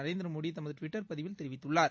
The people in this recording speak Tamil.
நரேந்திரமோடி தமது டுவிட்டர் பதிவில் தெரிவித்துள்ளார்